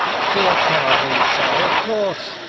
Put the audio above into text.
she'll tell thee so, of course.